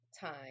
time